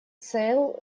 цел